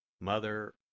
Mother